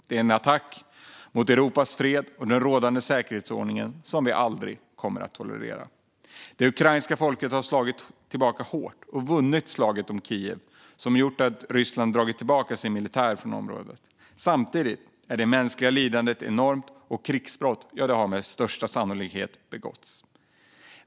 Det är en attack mot Europas fred och rådande säkerhetsordning som vi aldrig kommer att tolerera. Det ukrainska folket har slagit tillbaka hårt och vunnit slaget om Kiev, vilket gjort att Ryssland har dragit tillbaka sin militär från området. Samtidigt är det mänskliga lidandet enormt, och krigsbrott har med största sannolikhet begåtts.